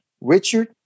Richard